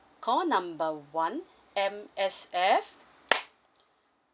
call number one M_S_F